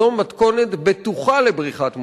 זו מתכונת בטוחה לבריחת מוחות,